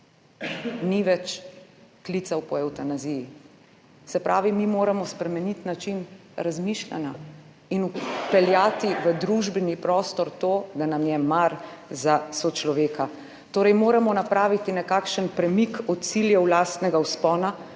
ni več klical po evtanaziji. Se pravi, mi moramo spremeniti način razmišljanja in vpeljati v družbeni prostor to, da nam je mar za sočloveka. Napraviti moramo torej nekakšen premik od ciljev lastnega vzpona